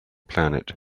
planet